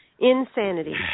Insanity